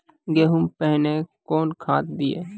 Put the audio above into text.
गेहूँ पहने कौन खाद दिए?